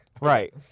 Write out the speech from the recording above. Right